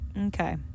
Okay